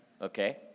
okay